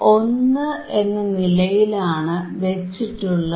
1 എന്ന നിലയിലാണ് വച്ചിട്ടുള്ളത്